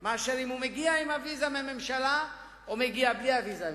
אם הוא מגיע עם הוויזה מהממשלה או מגיע בלי הוויזה מהממשלה.